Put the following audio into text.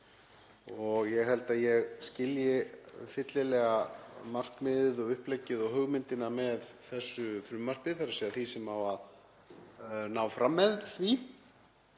Ég held að ég skilji fyllilega markmiðið og uppleggið og hugmyndina með þessu frumvarpi, þ.e. það sem á að ná fram með því.